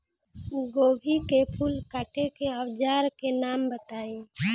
गोभी के फूल काटे के औज़ार के नाम बताई?